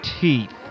teeth